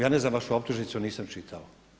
Ja ne znam vašu optužnicu nisam čitao.